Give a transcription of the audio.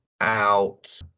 out